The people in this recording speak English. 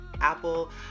Apple